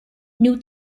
new